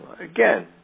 again